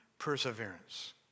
perseverance